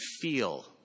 feel